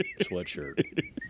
sweatshirt